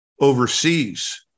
Overseas